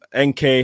NK